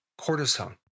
Cortisone